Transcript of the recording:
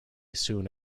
soon